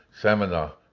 seminar